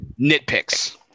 nitpicks